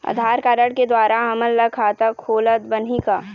आधार card के द्वारा हमन ला खाता खोलत बनही का?